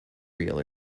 reel